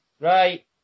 right